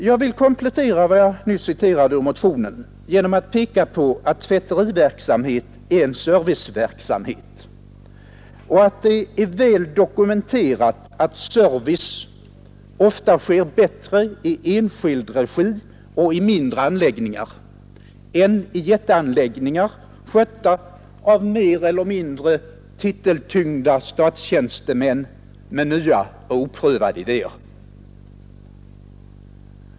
Jag vill komplettera vad jag nu citerade ur motionen genom att peka på att tvätteriverksamhet är en serviceverksamhet och att det är väl dokumenterat att service ofta sker bättre i enskild regi och i mindre anläggningar än i jätteanläggningar, skötta av mer eller mindre titeltyngda statstjänstemän med nya och oprövade idéer.